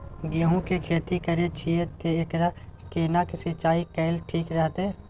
गेहूं की खेती करे छिये ते एकरा केना के सिंचाई कैल ठीक रहते?